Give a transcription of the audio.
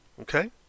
Okay